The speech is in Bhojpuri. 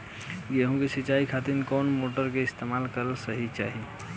गेहूं के सिंचाई खातिर कौन मोटर का इस्तेमाल करे के चाहीं?